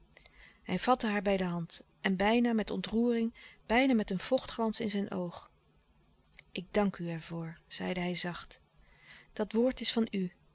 hij vatte haar bij de hand en bijna met ontroering bijna met een vochtglans in zijn oog ik dank u ervoor zeide hij zacht dat woord is van u